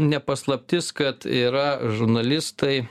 ne paslaptis kad yra žurnalistai